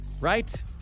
right